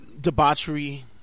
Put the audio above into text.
debauchery